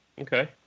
okay